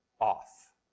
off